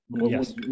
Yes